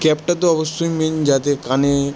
ক্যাপটা তো অবশ্যই মেন যাতে কানে